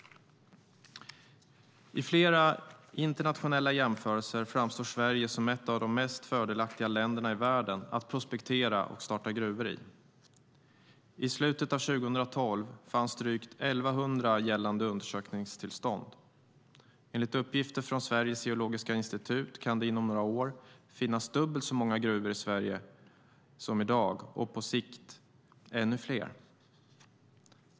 I flera internationella jämförelser framstår Sverige som ett av de mest fördelaktiga länderna i världen att prospektera och starta gruvor i. I slutet av 2012 fanns drygt 1 100 gällande undersökningstillstånd. Enligt uppgifter från Sveriges geologiska institut kan det inom några år finnas dubbelt så många gruvor i Sverige som i dag och på sikt ännu fler.